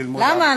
למה?